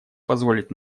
позволит